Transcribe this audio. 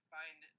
find